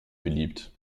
beliebt